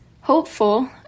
Hopeful